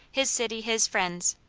his city, his friends,